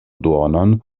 duonon